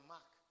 Mark